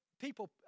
people